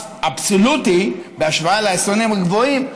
אבסולוטי בהשוואה לעשירונים הגבוהים,